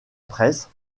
presse